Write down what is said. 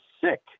sick